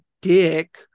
dick